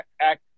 Act